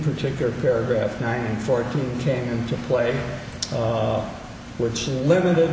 particular paragraph nine and fourteen came into play which limited